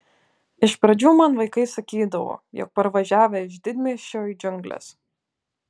iš pradžių man vaikai sakydavo jog parvažiavę iš didmiesčio į džiungles